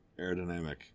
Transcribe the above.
aerodynamic